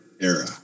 era